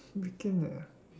weekend where